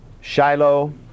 Shiloh